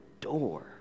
door